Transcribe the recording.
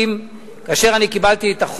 מכיוון שהוועדה לא דנה